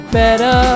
better